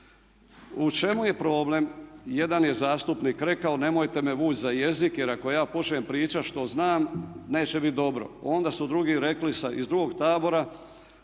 U čemu je problem? Jedan je zastupnik rekao nemojte me veću za jezik, jer ako ja počnem pričati što znam neće biti dobro. Onda su drugi rekli iz drugog tabora